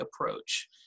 approach